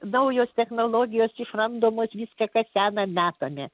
naujos technologijos išrandamos viską kas sena metome